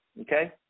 okay